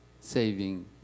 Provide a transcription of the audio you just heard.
saving